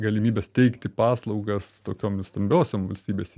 galimybes teikti paslaugas tokiom stambiosiom valstybės